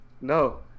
No